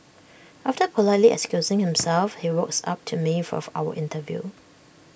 after politely excusing himself he walks up to me for our interview